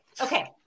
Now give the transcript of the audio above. Okay